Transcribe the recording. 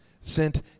sent